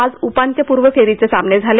आज उपांत्यपूर्व फेरीचे सामने झाले